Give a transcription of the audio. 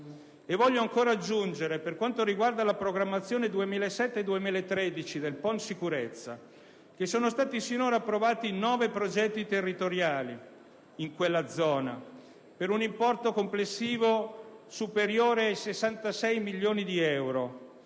Vorrei ancora aggiungere, per quanto riguarda la programmazione 2007-2013 del PON sicurezza, che in quella zona sono stati finora approvati 9 progetti territoriali, per un importo complessivo superiore ai 66 milioni di euro,